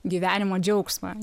gyvenimo džiaugsmą